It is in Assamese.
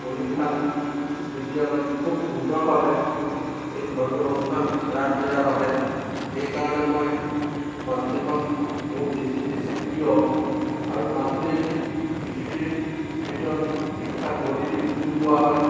বলি বিধান নিদিয়াকৈ খুব সুন্দৰভাৱে এই ধৰ্মীয় অনুষ্ঠান ৰাস লীলা পাতে সেইকাৰণে মই মাজুলীখন মোৰ বেছি বেছি প্ৰিয় আৰু মাজুলী পৃথিৱীৰ ভিতৰত বিখ্য়াত নদী দ্বীপ বুলিও কোৱা হয়